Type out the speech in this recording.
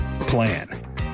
plan